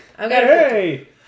Okay